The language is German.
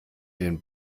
den